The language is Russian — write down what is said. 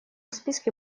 списке